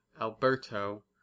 Alberto